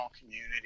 community